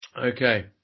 Okay